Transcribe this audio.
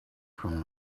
from